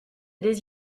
des